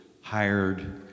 hired